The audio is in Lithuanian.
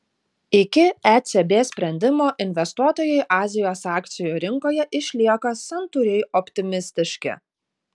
iki ecb sprendimo investuotojai azijos akcijų rinkoje išlieka santūriai optimistiški